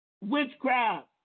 witchcraft